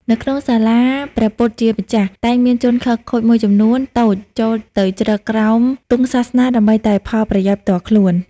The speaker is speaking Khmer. នៅក្នុងសាសនាព្រះពុទ្ធជាម្ចាស់ តែងមានជនខិលខូចមួយចំនួនតូចចូលទៅជ្រកក្រោមទង់សាសនាដើម្បីតែផលប្រយោជន៍ផ្ទាល់ខ្លួន។